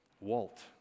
Walt